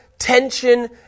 tension